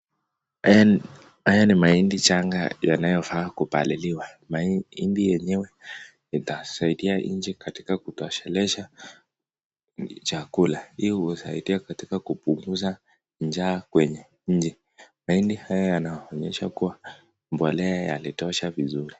Haya ni mahindi changa yanayofaa kupaliliwa. Mahindi yenyewe itasaidia nchi katika kutosheleza chakula. Hii husaidia katika kupunguza njaa kwenye nchi mahindi haya yanaonyesha kuwa mbolea yalitosha vizuri.